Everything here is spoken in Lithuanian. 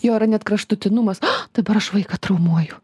jo yra net kraštutinumas dabar aš vaiką traumuoju